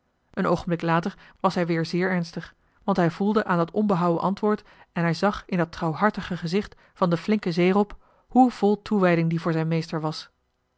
een oogenblik later was hij weer zeer ernstig want hij voelde aan dat onbehouwen antwoord en joh h been paddeltje de scheepsjongen van michiel de ruijter hij zag in dat trouwhartige gezicht van den flinken zeerob hoe vol toewijding die voor zijn meester was